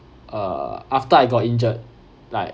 uh after I got injured like